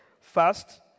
First